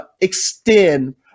extend